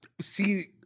see